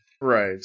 Right